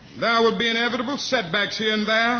there will be inevitable setbacks here and